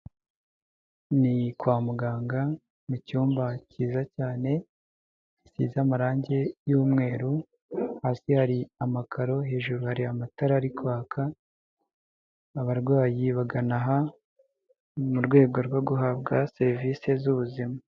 Ni kwa muganga mu cyumba cyiza cyane gisize amarange y'umweru, hasi hari amakaro, hejuru hari amatara ari kwaka, abarwayi bagana aha mu rwego rwo guhabwa serivise z'ubuzima.